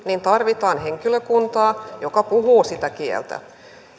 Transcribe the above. tarvitaan henkilökuntaa joka puhuu sitä kieltä